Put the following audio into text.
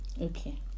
Okay